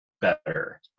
better